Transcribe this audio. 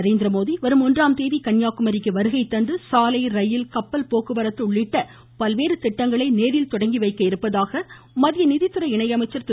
நரேந்திரமோடி வரும் ஒன்றாம் தேதி கன்னியாகுமரிக்கு வருகை தந்து சாலை ரயில் கப்பல் போக்குவரத்து உள்ளிட்ட பல்வேறு திட்டங்களை தொடங்கி வைக்க உள்ளதாக மத்திய நிதித்துறை இணை அமைச்சர் திரு